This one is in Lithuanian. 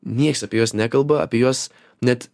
nieks apie juos nekalba apie juos net